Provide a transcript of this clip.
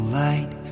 light